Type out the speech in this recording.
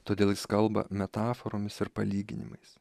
todėl jis kalba metaforomis ir palyginimais